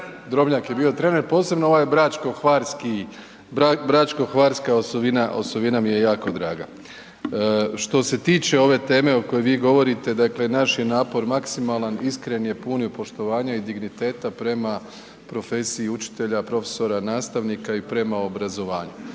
Drobnjak je bio trener, posebno ovaj bračko-hvarska osovina mi je jako draga. Što se tiče ove teme o kojoj vi govorite, dakle naš je napor maksimalan, iskren je, pun je poštovanja i digniteta prema profesiji učitelja, profesora, nastavnika i prema obrazovanju.